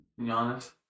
Giannis